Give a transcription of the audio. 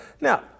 Now